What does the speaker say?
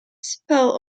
spell